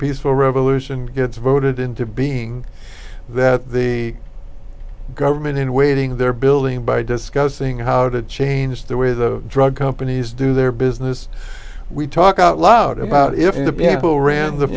peaceful revolution gets voted into being that the government in waiting they're building by discussing how to change the way the drug companies do their business we talk out loud about